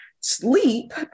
sleep